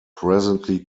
presently